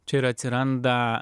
čia ir atsiranda